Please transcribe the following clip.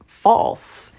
false